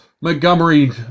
Montgomery